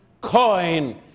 coin